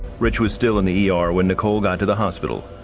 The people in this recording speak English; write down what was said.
rich was still in the er when nicole got to the hospital.